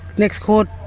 next court,